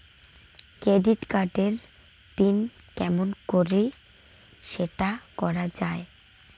Credit card এর PIN কেমন করি সেট করা য়ায়?